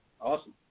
Awesome